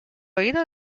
oído